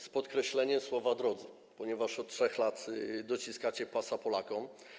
Z podkreśleniem słowa „drodzy”, ponieważ od 3 lat dociskacie pasa Polakom.